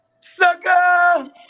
sucker